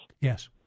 Yes